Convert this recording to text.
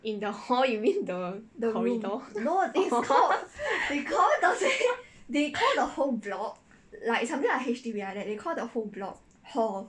the room no they call they call they call the whole block like something like H_D_B like that they call the whole block hall